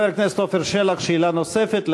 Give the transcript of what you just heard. חבר הכנסת עפר שלח, שאלה נוספת.